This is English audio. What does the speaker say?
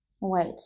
wait